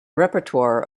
repertoire